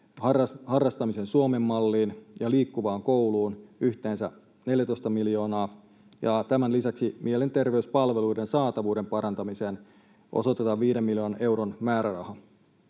harrastamisen Suomen malliin ja Liikkuvaan kouluun yhteensä 14 miljoonaa, ja tämän lisäksi mielenterveyspalveluiden saatavuuden parantamiseen osoitetaan viiden miljoonan euron määräraha.